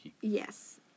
Yes